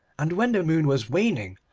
and when the moon was waning,